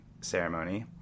ceremony